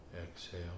Exhale